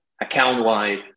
account-wide